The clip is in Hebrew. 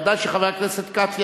ודאי שחבר הכנסת כץ,